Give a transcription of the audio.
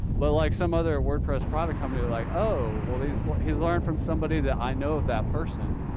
but like some other wordpress product company like, oh, well, he's he's learned from somebody that i know of. that person.